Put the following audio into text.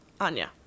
Anya